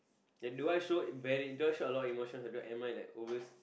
and do I show very do I show a lot emotions or do I am I like always